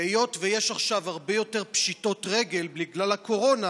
היות שיש עכשיו הרבה יותר פשיטות רגל בגלל הקורונה,